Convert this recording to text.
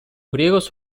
griegos